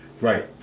Right